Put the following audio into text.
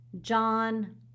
John